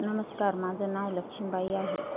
नमस्कार माझं नाव लक्ष्मीबाई आहे